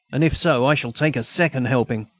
and if so, i shall take a second helping.